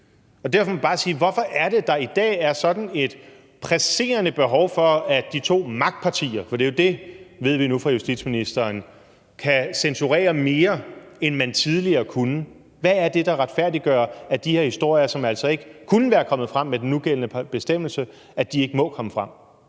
Derfor vil jeg bare spørge, hvorfor der i dag er sådan et presserende behov for, at de to magtpartier – for det er jo dét, ved vi nu fra justitsministeren – kan censurere mere, end man tidligere kunne. Hvad er det, der retfærdiggør, at de her historier, som altså ikke kunne være kommet frem med den nugældende bestemmelse, ikke må komme frem?